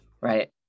right